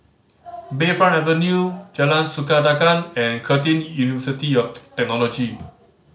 Bayfront Avenue Jalan Sikudangan and Curtin University of Technology